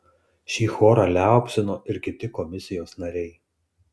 šį chorą liaupsino ir kiti komisijos nariai